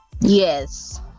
yes